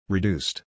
Reduced